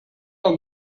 man